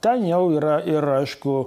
ten jau yra ir aišku